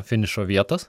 finišo vietos